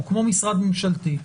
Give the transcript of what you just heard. כמו משרד ממשלתי.